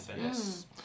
yes